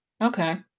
Okay